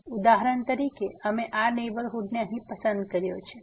તેથી ઉદાહરણ તરીકે અમે આ નેહબરહુડને અહીં પસંદ કર્યો છે